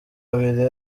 abiri